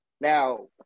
Now